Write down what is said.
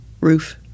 roof